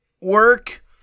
work